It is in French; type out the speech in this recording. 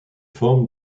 forme